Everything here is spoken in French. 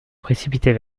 précipiter